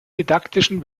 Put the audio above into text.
didaktischen